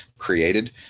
created